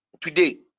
today